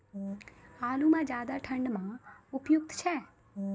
आलू म ज्यादा ठंड म उपयुक्त छै?